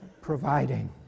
providing